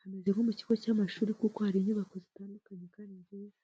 Hameze nko mu kigo cy'amashuri kuko hari inyubako zitandukanye kandi nziza.